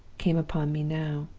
came upon me now.